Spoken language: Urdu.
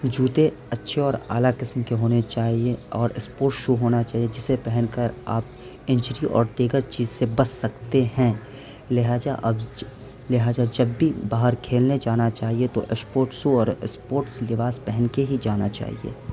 جوتے اچھے اور اعلیٰ قسم کے ہونے چاہیے اور اسپوٹ شو ہونا چاہیے جسے پہن کر آپ انجری اور دیگر چیز سے بچ سکتے ہیں لہٰذا لہٰذا جب بھی باہر کھیلنے جانا چاہیے تو اسپوٹ سو اور اسپوٹس لباس پہن کے ہی جانا چاہیے